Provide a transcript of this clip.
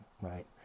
right